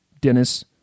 Dennis